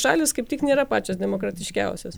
šalys kaip tik nėra pačios demokratiškiausios